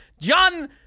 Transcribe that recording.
John